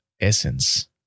essence